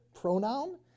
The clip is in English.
pronoun